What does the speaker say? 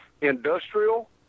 industrial